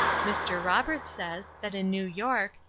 mr. roberts says, that in new york,